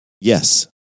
Yes